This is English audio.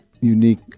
unique